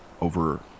over